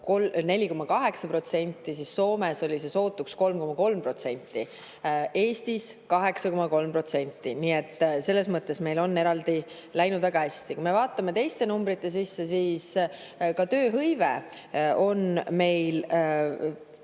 4,8%, Soomes oli see sootuks 3,3%, Eestis aga 8,3%. Nii et selles mõttes meil on läinud väga hästi. Kui me vaatame teisi numbreid, siis ka tööhõive on meil